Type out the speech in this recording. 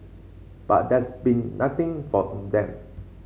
but there's been nothing from them